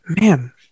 Man